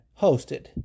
hosted